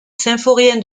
symphorien